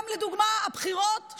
גם לדוגמה הבחירות,